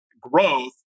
growth